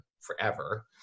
forever